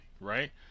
right